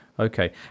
Okay